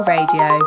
Radio